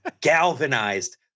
galvanized